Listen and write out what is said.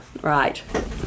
Right